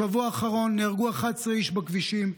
בשבוע האחרון נהרגו 11 איש בכבישים.